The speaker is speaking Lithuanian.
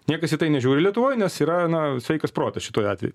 niekas į tai nežiūri lietuvoj nes yra na sveikas protas šituo atveju